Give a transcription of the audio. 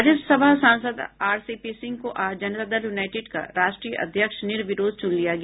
राज्यसभा सांसद R C P Singh को आज जनता दल यूनाइटेड का राष्ट्रीय अध्यक्ष निर्विरोध चुन लिया गया